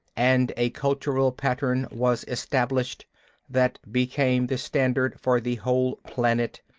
and a cultural pattern was established that became the standard for the whole planet.